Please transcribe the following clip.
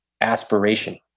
aspiration